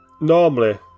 normally